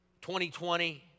2020